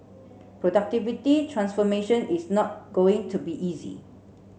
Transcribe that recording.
productivity transformation is not going to be easy